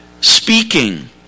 speaking